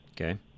Okay